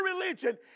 religion